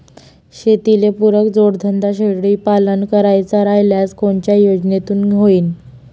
शेतीले पुरक जोडधंदा शेळीपालन करायचा राह्यल्यास कोनच्या योजनेतून होईन?